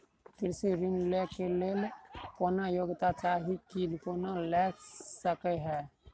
कृषि ऋण लय केँ लेल कोनों योग्यता चाहि की कोनो लय सकै है?